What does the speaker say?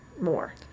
more